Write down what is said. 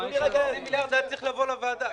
------ החצי מיליארד היה צריך לבוא לוועדה.